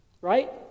right